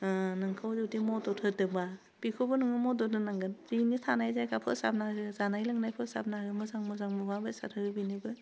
ओह नोंखौ जुदि मदद होदोंबा बेखौबो नोङो मदद होनांगोन बेनि थानाय जायगाखौ फोसाबना हो जानाय लोंनाय फोसाबना हो मोजां मोजां मुवा बेसाद हो बेनोबो